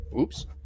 Oops